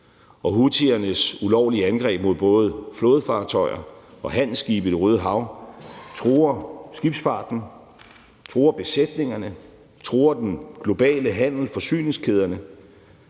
og houthiernes ulovlige angreb mod både flådefartøjer og handelsskibe i Det Røde Hav truer skibsfarten, truer besætningerne, truer den globale handel, forsyningskæderne,